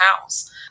house